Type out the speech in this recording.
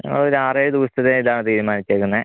ഞങ്ങളൊര് ആറേഴ് ദിവസത്തെ ഇതാണ് തീരുമാനിച്ചേക്കുന്നത്